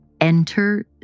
Enter